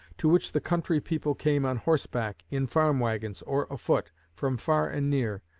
to which the country people came on horseback, in farm wagons, or afoot, from far and near,